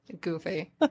Goofy